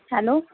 hello